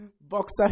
Boxer